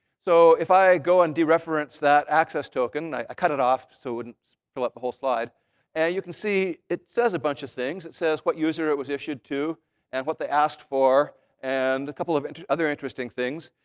so if i go and de-reference that access token i cut it off so it wouldn't fill up the whole slide and you can see it says a bunch of things. it says what user it was issued to and what they asked for and a couple of other interesting things.